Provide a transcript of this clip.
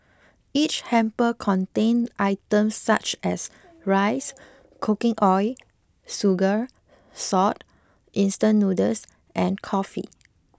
each hamper contained items such as rice cooking oil sugar salt instant noodles and coffee